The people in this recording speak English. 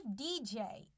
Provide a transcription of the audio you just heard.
DJ